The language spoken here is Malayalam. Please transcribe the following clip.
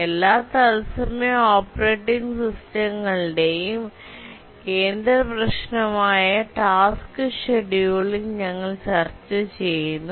എല്ലാ തത്സമയ ഓപ്പറേറ്റിംഗ് സിസ്റ്റങ്ങളുടെയും കേന്ദ്ര പ്രശ്നമായ ടാസ്ക് ഷെഡ്യൂളിംഗ് ഞങ്ങൾ ചർച്ച ചെയ്യുന്നു